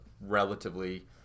relatively